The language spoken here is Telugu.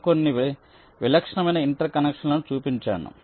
నేను కొన్ని విలక్షణమైన ఇంటర్ కనెక్షన్లను చూపించాను